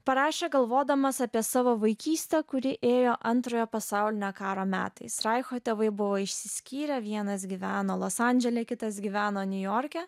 parašė galvodamas apie savo vaikystę kuri ėjo antrojo pasaulinio karo metais reicho tėvai buvo išsiskyrę vienas gyveno los andžele kitas gyveno niujorke